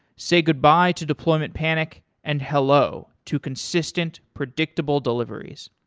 say goodbye to deployment panic and hello to consistent, predictable deliveries.